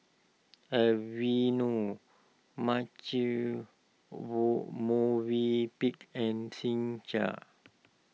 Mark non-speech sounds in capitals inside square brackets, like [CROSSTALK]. Aveeno Marche [UNINTELLIGIBLE] Movenpick and Singha